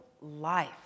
life